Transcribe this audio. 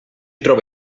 trova